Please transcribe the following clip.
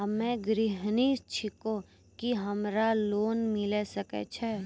हम्मे गृहिणी छिकौं, की हमरा लोन मिले सकय छै?